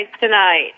tonight